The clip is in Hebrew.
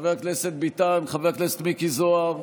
חבר הכנסת ביטן, חבר הכנסת מיקי זוהר,